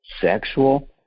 sexual